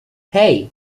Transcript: hey